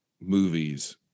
movies